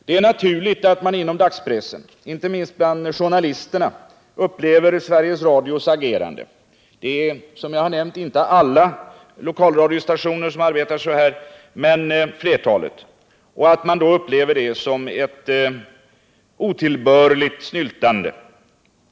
Det är naturligt att man inom dagspressen, inte minst bland journalisterna, upplever Sveriges Radios agerande — det är som jag nämnt inte alla lokalradiostationer som arbetar så här, men flertalet — som ett otillbörligt snyltande.